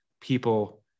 people